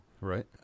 Right